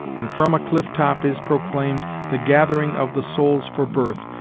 and from a cliff-top is proclaimed the gathering of the souls for birth,